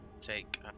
Take